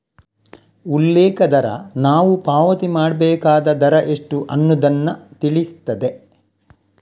ಉಲ್ಲೇಖ ದರ ನಾವು ಪಾವತಿ ಮಾಡ್ಬೇಕಾದ ದರ ಎಷ್ಟು ಅನ್ನುದನ್ನ ತಿಳಿಸ್ತದೆ